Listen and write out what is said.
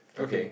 okay